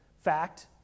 fact